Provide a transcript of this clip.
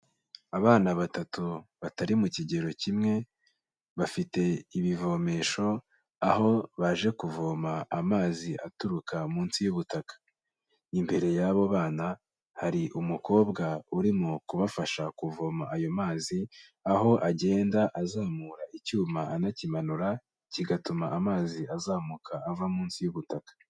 Abana batatu batari mu kigero kimwe, bafite ibivomesho aho baje kuvoma amazi aturuka munsi y'ubutaka, imbere y'abo bana hari umukobwa urimo kubafasha kuvoma ayo mazi, aho agenda azamura icyuma anakimanura kigatuma amazi azamuka ava munsi y'ubutaka.